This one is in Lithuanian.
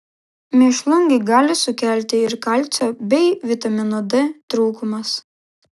mėšlungį gali sukelti ir kalcio bei vitamino d trūkumas